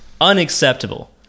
unacceptable